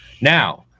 now